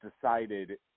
decided